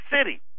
city